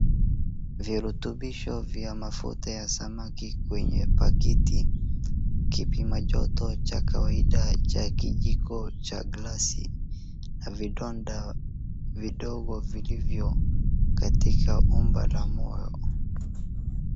Virutubisho vya mafuta ya samaki kwenye pakiti. Kipima choto cha kijiko cha glasi na vidonda vidogo vilivyo katika umbo la moyo.